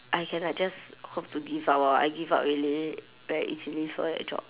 I can like just hope to give up orh I give up really very easily for that job